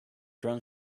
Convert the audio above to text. grown